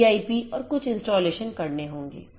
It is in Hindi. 21 pip और कुछ और इंस्टॉलेशन करने होंगे